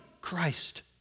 Christ